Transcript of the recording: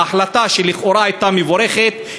ההחלטה שלכאורה הייתה מבורכת,